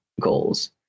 goals